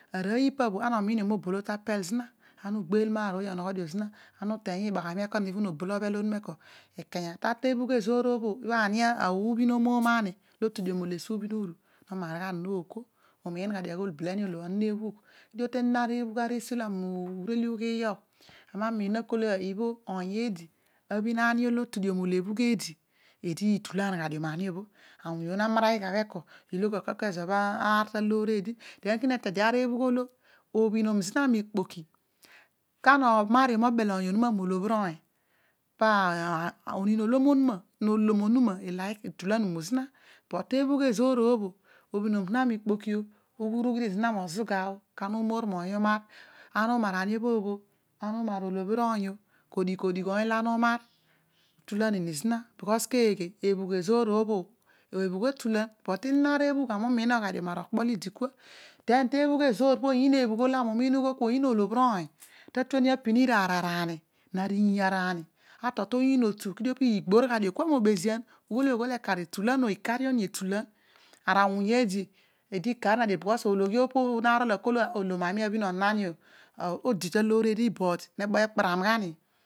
Arooy ipa bho ana omiin io mobo ta pel zina ana ugheel maar ooy onogho dio zina ana uteny ibaghami koma even obol obbel ezoor bho ibho uohin omom ani olo tu dio molo esuo ubhin uru no maar ghan no ko umiin gha dio oghol beleni olo onon ebhugh but tinon ari bhugh olo ami ureleey ughii yogh ami namiin na kol oony eedi abhin ani olo otu dio molo ebhagh eedi eedi etughan gha dio ma ani obho awuny ani bho eko eed ituom na dio maar den kin elede aribhugh olo obhin nom zina mikapoki kana omaar io moobel oony onuma mo olobhir oony po oniin olom onuma no lom iliki mu zina etulan mu zina obhinom zina mi kpoki oh ughurugh zina mo zuga kana umor moon umaar ana umar ani bhobh bho